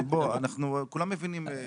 כולם מבינים.